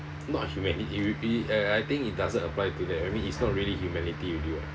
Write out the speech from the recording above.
not human y~ y~ uh I I think it doesn't apply to that I mean it's not really humanity already [what]